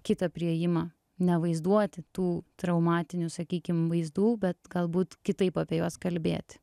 kitą priėjimą nevaizduoti tų traumatinių sakykim vaizdų bet galbūt kitaip apie juos kalbėti